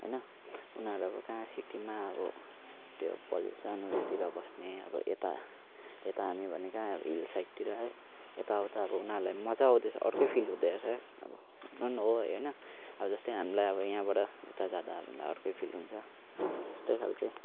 होइन उनीहरू अब कहाँ सिटीमा अब त्यो पोल्युसन उयोतिर बस्ने अब यता यता हामी भनेको अब हिल साइटतिर है यताउता घुम्नलाई मजा आउँदैछ अर्कै फिल हुँदैछ र अब हुन पनि हो है होइन अब जस्तै हामीलाई अब यहाँबाट उता जाँदा अर्कै फिल हुन्छ यस्तै खालके